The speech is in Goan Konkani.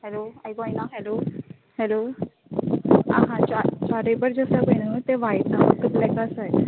हॅलो आयकों येना हॅलो हॅलो आसा चार्ट चार्ट पेपर जे आसा पळय न्हू ते व्हायट फक्त ब्लेक आसाय